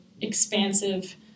expansive